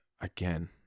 Again